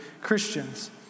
Christians